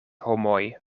homoj